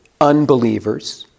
unbelievers